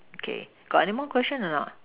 okay got anymore question or not